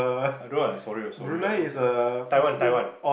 I don't know sorry lah sorry lah don't Taiwan Taiwan